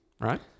right